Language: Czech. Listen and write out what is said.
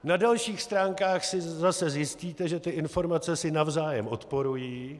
Na dalších stránkách si zase zjistíte, že ty informace si navzájem odporují.